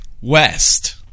West